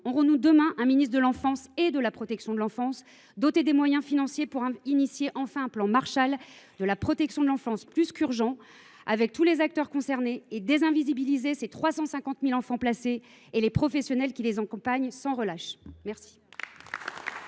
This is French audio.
nous, demain, un ministre de l’enfance de la protection de l’enfance, un ministre doté des moyens financiers pour engager, enfin, ce plan Marshall de la protection de l’enfance qui est plus qu’urgent, avec tous les acteurs concernés, et pour « désinvisibiliser » ces 350 000 enfants placés et les professionnels qui les accompagnent sans relâche ?